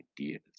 ideas